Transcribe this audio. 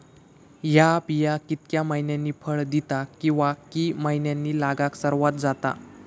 हया बिया कितक्या मैन्यानी फळ दिता कीवा की मैन्यानी लागाक सर्वात जाता?